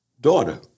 daughter